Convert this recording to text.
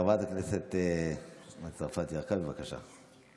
חברת הכנסת מטי צרפתי הרכבי, בבקשה.